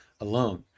alone